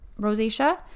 rosacea